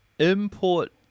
import